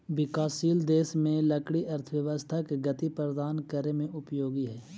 विकासशील देश में लकड़ी अर्थव्यवस्था के गति प्रदान करे में उपयोगी हइ